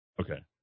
okay